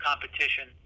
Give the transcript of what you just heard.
competition